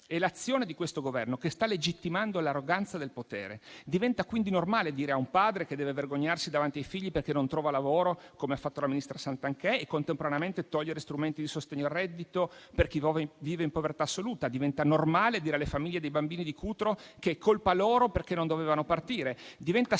è l'azione di questo Governo che sta legittimando l'arroganza del potere. Diventa quindi normale dire a un padre che deve vergognarsi davanti ai figli perché non trova lavoro, come ha fatto la ministra Santanchè, e contemporaneamente togliere strumenti di sostegno al reddito per chi vive in povertà assoluta. Diventa normale dire alle famiglie dei bambini di Cutro che è colpa loro perché non dovevano partire.